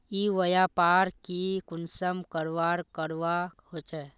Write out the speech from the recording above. ई व्यापार की कुंसम करवार करवा होचे?